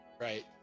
Right